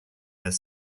their